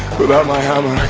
without my hammer